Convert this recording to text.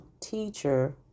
teacher